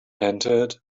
entered